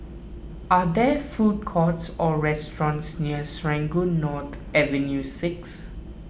are there food courts or restaurants near Serangoon North Avenue six